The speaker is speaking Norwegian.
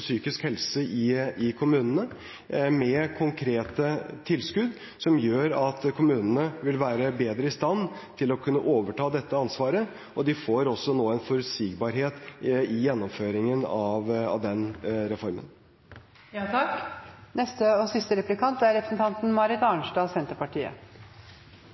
psykisk helse i kommunene, med konkrete tilskudd som gjør at kommunene vil være bedre i stand til å kunne overta dette ansvaret. De får nå også en forutsigbarhet i gjennomføringen av den reformen. Det er nok riktig at det er